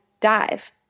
dive